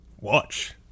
Watch